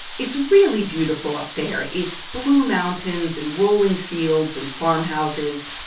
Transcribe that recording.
it's really beautiful up there. it's blue mountains and rolling fields and farmhouses.